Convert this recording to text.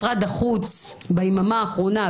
משרד החוץ ביממה האחרונה,